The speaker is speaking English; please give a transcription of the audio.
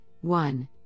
One